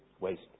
waste